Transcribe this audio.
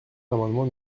l’amendement